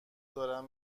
دارن